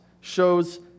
shows